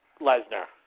Lesnar